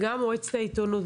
מועצת העיתונות,